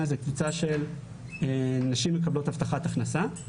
זו הקבוצה של נשים מקבלות הבטחת הכנסה.